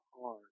hard